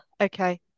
Okay